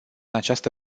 această